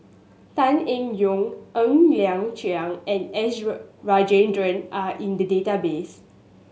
Tan Eng Yoon Ng Liang Chiang and S Rajendran are in the database